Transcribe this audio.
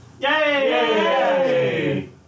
Yay